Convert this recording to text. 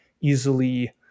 easily